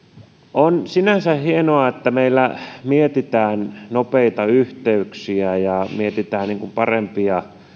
on sinänsä hienoa että meillä mietitään nopeita yhteyksiä ja mietitään parempia